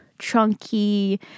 chunky